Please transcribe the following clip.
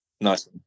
nice